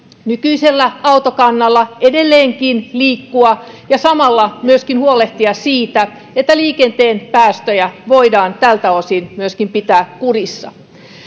nykyisellä autokannalla edelleenkin liikkua ja samalla myöskin huolehtia siitä että liikenteen päästöjä voidaan tältä osin pitää kurissa